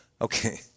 Okay